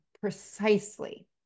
precisely